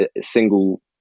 single